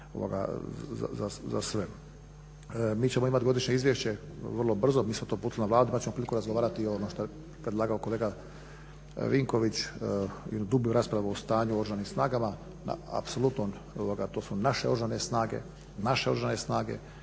Mi ćemo imati godišnje izvješće vrlo brzo, mi smo to uputili na Vladu, imati ćemo priliku razgovarati i on što je predlagao kolega Vinković, jednu dublju raspravu o stanju u Oružanim snagama. Apsolutno to su naše Oružane snage, naše Oružane snage.